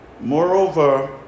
Moreover